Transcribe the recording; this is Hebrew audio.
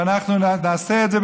ואנחנו נעשה את זה,